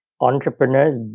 entrepreneurs